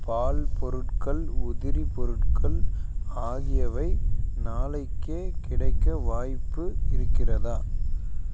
பால் பொருட்கள் உதிரி பொருட்கள் ஆகியவை நாளைக்கே கிடைக்க வாய்ப்பு இருக்கிறதா